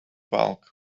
bulk